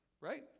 Right